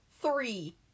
Three